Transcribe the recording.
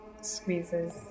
squeezes